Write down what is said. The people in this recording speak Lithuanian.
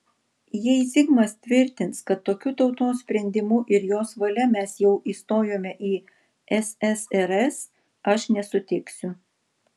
jei zigmas tvirtins kad tokiu tautos sprendimu ir jos valia mes jau įstojome į ssrs aš nesutiksiu